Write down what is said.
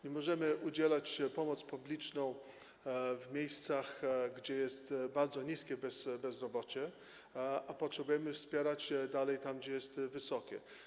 Nie możemy udzielać pomocy publicznej w miejscach, gdzie jest bardzo niskie bezrobocie, ale dalej potrzebujemy wspierać tam, gdzie jest wysokie.